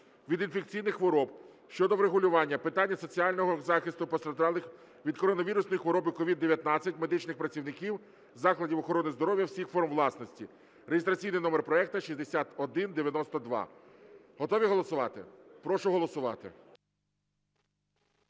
від інфекційних хвороб" щодо врегулювання питання соціального захисту постраждалих від коронавірусної хвороби (COVID-19) медичних працівників закладів охорони здоров’я всіх форм власності (реєстраційний номер проекту 6192). Готові голосувати? Прошу голосувати.